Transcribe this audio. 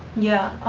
yeah.